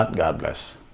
ah ah bless!